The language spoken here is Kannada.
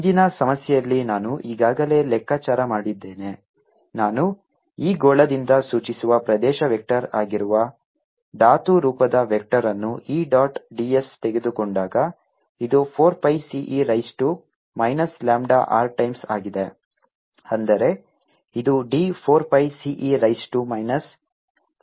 ಹಿಂದಿನ ಸಮಸ್ಯೆಯಲ್ಲಿ ನಾನು ಈಗಾಗಲೇ ಲೆಕ್ಕಾಚಾರ ಮಾಡಿದ್ದೇನೆ ನಾನು ಈ ಗೋಳದಿಂದ ಸೂಚಿಸುವ ಪ್ರದೇಶ ವೆಕ್ಟರ್ ಆಗಿರುವ ಧಾತುರೂಪದ ವೆಕ್ಟರ್ ಅನ್ನು E ಡಾಟ್ ds ತೆಗೆದುಕೊಂಡಾಗ ಇದು 4 pi C e raise to minus lambda r times ಆಗಿದೆ ಅಂದರೆ ಇದು d 4 pi C e raise to minus lambda r ಆಗಿದೆ